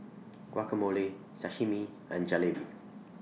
Guacamole Sashimi and Jalebi